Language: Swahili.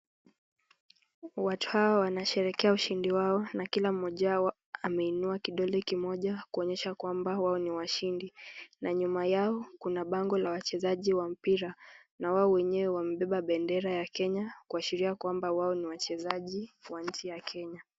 Watu hawa wanasherehekea ushindi wao na kila mmoja wao ameinua kidole kimoja kuonyesha ya kwamba wao ni washindi na nyuma yao kuna bango la wachezaji wa mpira na wao wenyewe wamebeba bendera ya Kenya kuashiria kwamba wao ni wachezaji wa nchi ya Kenya.